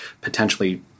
potentially